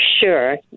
sure